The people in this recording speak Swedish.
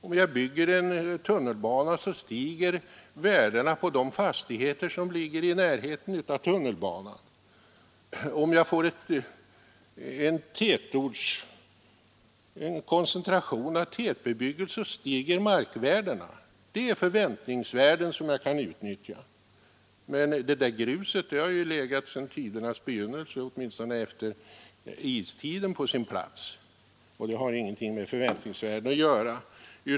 Om jag bygger en tunnelbana stiger värdena på de fastigheter som ligger i närheten av tunnelbanan osv. Om jag får en koncentration av tätbebyggelse stiger markvärdena. Det är förväntningsvärden som jag kan utnyttja. Men det där gruset har ju legat på sin plats sedan tidernas begynnelse, åtminstone efter istiden, och det har ingenting med förväntningsvärde att göra.